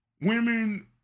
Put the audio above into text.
women